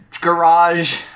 garage